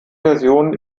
version